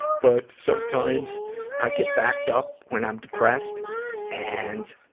but sometimes i get backed up when i'm depressed and,